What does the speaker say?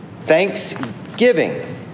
thanksgiving